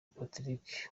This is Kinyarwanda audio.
patrick